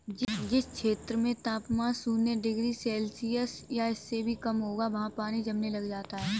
जिस क्षेत्र में तापमान शून्य डिग्री सेल्सियस या इससे भी कम होगा वहाँ पानी जमने लग जाता है